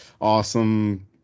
awesome